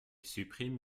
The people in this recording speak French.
supprime